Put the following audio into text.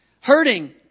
hurting